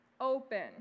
Open